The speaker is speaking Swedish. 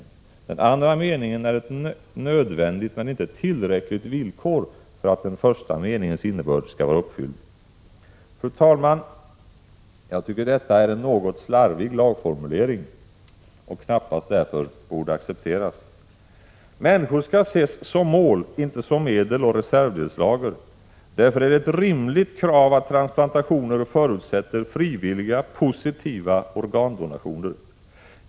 Det som omtalas i den andra meningen är ett nödvändigt men inte tillräckligt villkor för att det som beskrivits i den första meningen skall inträffa. Fru talman! Jag tycker detta är en något slarvig lagformulering, som därför knappast borde accepteras! Människor skall ses som mål, inte som medel och reservdelslager. Därför är det ett rimligt krav att transplantationer förutsätter frivilliga, positiva organdonationer.